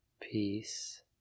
peace